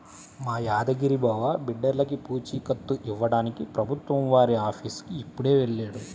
మా యాదగిరి బావ బిడ్డర్లకి పూచీకత్తు ఇవ్వడానికి ప్రభుత్వం వారి ఆఫీసుకి ఇప్పుడే వెళ్ళాడు